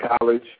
College